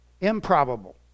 improbable